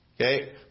Okay